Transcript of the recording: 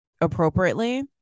appropriately